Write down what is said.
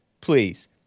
please